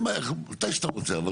אין בעיה מתי שאתה רוצה.